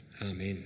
Amen